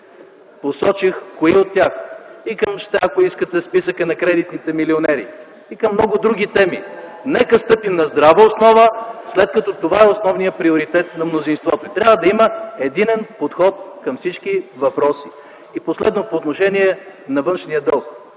(посочих кои от тях), ако искате - към списъка на кредитните милионери и към много други теми. Нека стъпим на здрава основа, след като това е основният приоритет на мнозинството. Трябва да има единен подход към всички въпроси. И последно, по отношение на външния дълг.